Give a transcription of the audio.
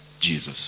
Jesus